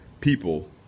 people